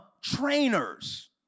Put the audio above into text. trainers